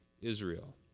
Israel